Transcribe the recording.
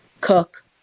cook